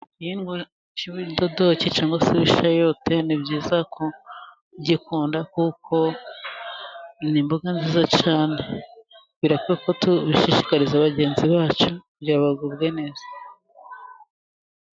lgihingwa c' ibidodoki cyangwa se shayote ni byiza kubabikunda kuko ni imboga nziza cyane, birakwiye ko tubishishikariza bagenzi bacu byabagubwa neza.